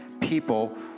people